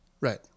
Right